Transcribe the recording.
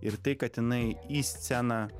ir tai kad jinai į sceną